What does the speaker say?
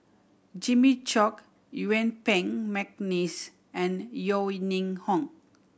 Jimmy Chok Yuen Peng McNeice and Yeo Ning Hong